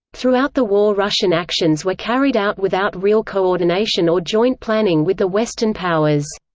throughout the war russian actions were carried out without real coordination or joint planning with the western powers.